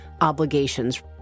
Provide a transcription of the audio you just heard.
obligations